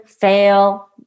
fail